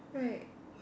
right